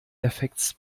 effekts